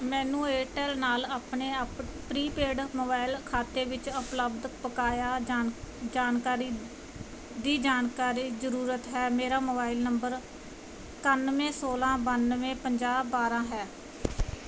ਮੈਨੂੰ ਏਅਰਟੈੱਲ ਨਾਲ ਆਪਣੇ ਆਪ ਪ੍ਰੀਪੇਡ ਮੋਬਾਈਲ ਖਾਤੇ ਵਿੱਚ ਉਪਲਬਧ ਬਕਾਇਆ ਜਾਣ ਜਾਣਕਾਰੀ ਦੀ ਜਾਣਕਾਰੀ ਜ਼ਰੂਰਤ ਹੈ ਮੇਰਾ ਮੋਬਾਈਲ ਨੰਬਰ ਇਕਾਨਵੇਂ ਸੌਲ੍ਹਾਂ ਬਾਨਵੇਂ ਪੰਜਾਹ ਬਾਰ੍ਹਾਂ ਹੈ